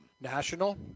National